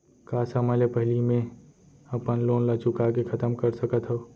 का समय ले पहिली में अपन लोन ला चुका के खतम कर सकत हव?